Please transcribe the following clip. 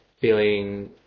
feeling